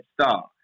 start